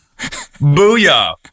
Booyah